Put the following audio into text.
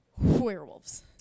Werewolves